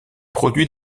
produit